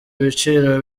ibiciro